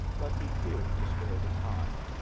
but he feared to spare the time,